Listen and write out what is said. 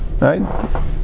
right